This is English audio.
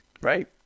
Right